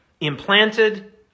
Implanted